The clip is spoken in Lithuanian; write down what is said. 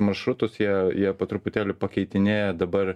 maršrutus jie jie po truputėlį pakeitinėja dabar